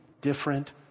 different